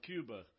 Cuba